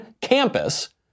campus